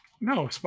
No